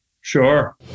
Sure